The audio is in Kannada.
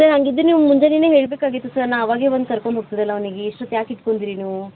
ಸರ್ ಹಾಗಿದ್ರೆ ನೀವು ಮುಂಜಾನೆಯೇ ಹೇಳಬೇಕಾಗಿತ್ತು ಸರ್ ನಾ ಅವಾಗೆ ಬಂದು ಕರ್ಕೊಂಡು ಹೋಗ್ತಿದ್ದೆಯಲ್ಲ ಅವ್ನಿಗೆ ಇಷ್ಟು ಹೊತ್ತು ಯಾಕೆ ಇಟ್ಕೊಂಡ್ರಿ ನೀವು